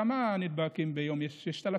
כמה נדבקים ליום יש, 6,000?